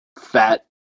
fat